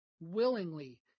willingly